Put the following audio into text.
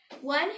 One